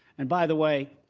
and by the way,